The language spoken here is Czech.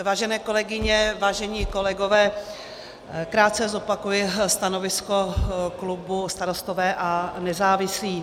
Vážené kolegyně, vážení kolegové, krátce zopakuji stanovisko klubu Starostové a nezávislí.